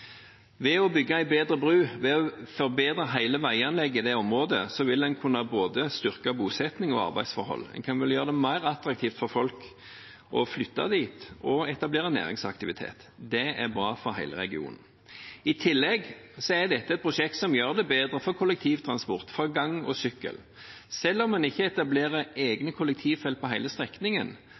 Ved å bygge en bedre bru, ved å forbedre hele veianlegget i det området, vil en kunne styrke både bosetting og arbeidsforhold. En vil gjøre det mer attraktivt for folk å flytte dit og etablere næringsaktivitet. Det er bra for hele regionen. I tillegg er dette et prosjekt som gjør det bedre for kollektivtransport, for gange og for sykkel. Selv om man ikke etablerer egne kollektivfelt på hele strekningen,